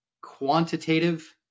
quantitative